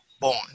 born